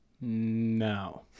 No